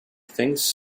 things